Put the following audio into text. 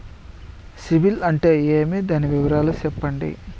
సిబిల్ అంటే ఏమి? దాని వివరాలు సెప్పండి?